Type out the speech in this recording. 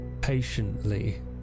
patiently